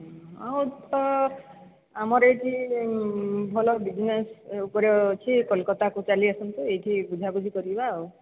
ହଉ ତ ଆମର ଏଇଠି ଭଲ ବିଜନେସ୍ ଉପରେ ଅଛି କଲ୍କତାକୁ ଚାଲି ଆସନ୍ତୁ ଏଇଠି ବୁଝାବୁଝି କରିବା ଆଉ